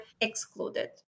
excluded